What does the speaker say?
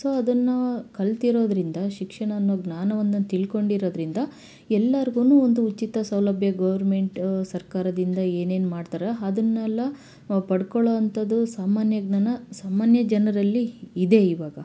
so ಅದನ್ನು ಕಲಿತಿರೋದ್ರಿಂದ ಶಿಕ್ಷಣ ಅನ್ನೋ ಜ್ಞಾನವನ್ನು ತಿಳ್ಕೊಂಡಿರೋದರಿಂದ ಎಲ್ಲರ್ಗು ಒಂದು ಉಚಿತ ಸೌಲಭ್ಯ ಗೋರ್ಮೆಂಟು ಸರ್ಕಾರದಿಂದ ಏನೇನು ಮಾಡ್ತಾರೋ ಅದನ್ನೆಲ್ಲ ನಾವು ಪಡ್ಕೊಳ್ಳೋಂಥದ್ದು ಸಾಮಾನ್ಯ ಜ್ಞಾನ ಸಾಮಾನ್ಯ ಜನರಲ್ಲಿ ಇದೆ ಇವಾಗ